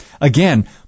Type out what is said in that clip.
Again